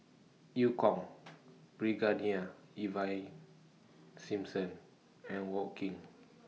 EU Kong Brigadier Ivan Simson and Wong Keen